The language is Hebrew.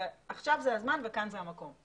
עכשיו זה הזמן וכאן זה המקום.